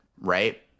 right